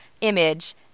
image